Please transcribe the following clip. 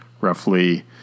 roughly